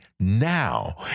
Now